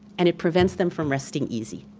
and it prevents them from resting easy.